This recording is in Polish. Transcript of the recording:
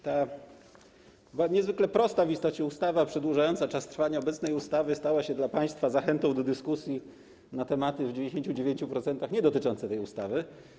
Ta niezwykle prosta w istocie ustawa przedłużająca czas trwania obecnej ustawy stała się dla państwa zachętą do dyskusji na tematy w 99% niedotyczące tej ustawy.